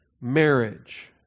marriage